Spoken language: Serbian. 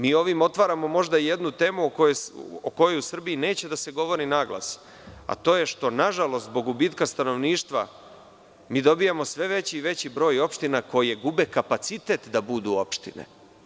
Mi ovim otvaramo možda jednu temu o kojoj u Srbiji neće da se govori naglas, a to je što nažalost zbog gubitka stanovništva mi dobijamo sve veći i veći broj opština koje gube kapacitet da budu opštine.